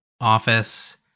office